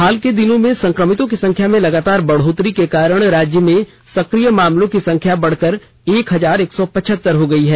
हाल के दिनों में संक्रमितों की संख्या में लगातार बढ़ोतरी के कारण राज्य में सक्रिय मामलों की संख्या बढ़कर एक हजार एक सौ पचहतर हो गई है